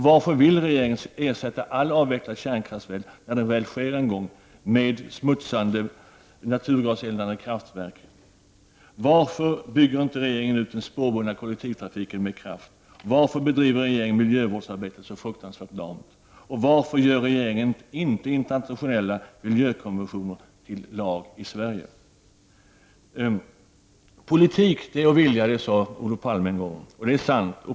Varför vill regeringen ersätta alla avvecklade kärnkraftverk, efter det att avvecklingen en gång väl har skett, med nedsmutsande, naturgaseldade kraftverk? Varför bygger regeringen inte med kraft ut den spårbundna kollektivtrafiken? Varför bedriver regeringen sitt miljövårdsarbete så fruktansvärt lamt? Varför gör regeringen inte internationella miljökonventioner till lag i Sverige? Politik är att vilja, sade Olof Palme en gång. Det är sant.